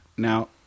Now